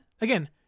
again